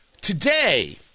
Today